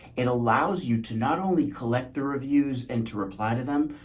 it allows you to not only collect the reviews and to reply to them,